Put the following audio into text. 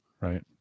Right